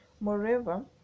Moreover